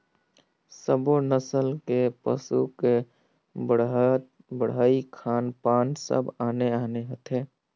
सब्बो नसल के पसू के बड़हई, खान पान सब आने आने होथे